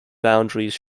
boundaries